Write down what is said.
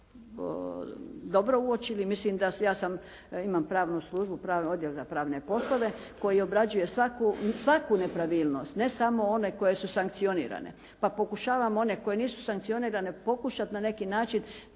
dobro uočili. Ja imam pravnu službu, pravni odjel za pravne poslove koji obrađuje svaku nepravilnost, ne samo one koje su sankcionirane. Pa pokušavam one koje nisu sankcionirane pokušati na neki način